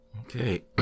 Okay